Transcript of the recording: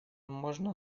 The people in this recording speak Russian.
можно